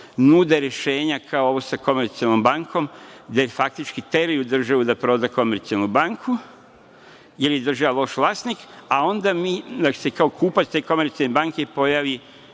nude rešenja kao ovo sa „Komercijalnom bankom“ gde faktički teraju državu da proda „Komercijalnu banku“, jer je država loš vlasnik, a onda se kao kupac te „Komercijalne banke“ pojavi